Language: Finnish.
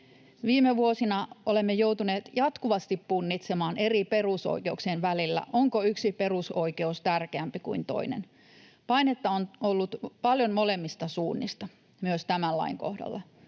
Viime vuosina olemme joutuneet jatkuvasti punnitsemaan eri perusoikeuksien välillä: onko yksi perusoikeus tärkeämpi kuin toinen. Painetta on ollut paljon molemmista suunnista myös tämän lain kohdalla.